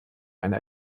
eine